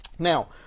Now